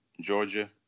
Georgia